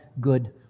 good